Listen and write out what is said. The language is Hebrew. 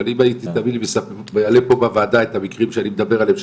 אבל תאמין לי אם הייתי מעלה פה בוועדה את המקרים שאני מדבר עליהם,